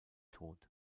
tod